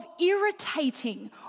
irritating